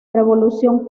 revolución